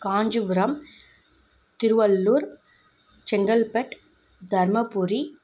Kanchipuram Tiruvallur Chengalpattu Dharmapuri